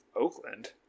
Oakland